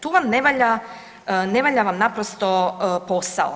Tu vam ne valja vam naprosto posao.